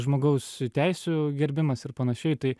žmogaus teisių gerbimas ir panašiai tai